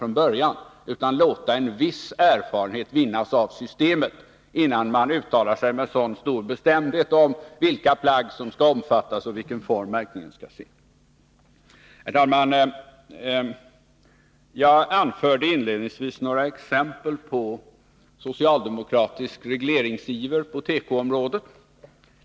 Man bör i stället låta en viss erfarenhet vinnas av systemet innan man uttalar sig med så stor bestämdhet om vilka plagg som skall omfattas av det och i vilken form märkningen skall ske. Herr talman! Jag anförde i inledningen några exempel på socialdemokratisk regleringsiver på tekoområdet.